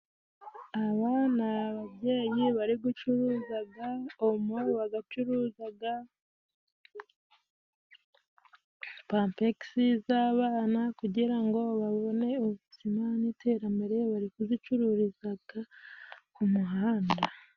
Aba ni ababyeyi bari gucuruza omo, bari gucuruza pampegisi z'abana kugira ngo babone ubuzima n'iterambere. Bari kuzicururiza ku muhanda.